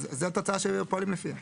אז זאת הצעה שפועלים לפיה,